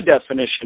definition